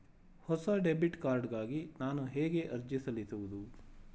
ಹೊಸ debit card ಗಾಗಿ ನಾನು ಹೇಗೆ ಅರ್ಜಿ ಸಲ್ಲಿಸುವುದು?